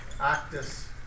actus